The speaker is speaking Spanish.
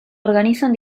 organizan